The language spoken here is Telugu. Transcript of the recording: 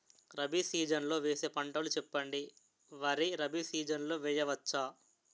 రబీ సీజన్ లో వేసే పంటలు చెప్పండి? వరి రబీ సీజన్ లో వేయ వచ్చా?